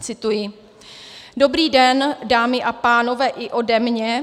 Cituji: Dobrý den, dámy a pánové, i ode mě.